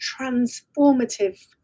transformative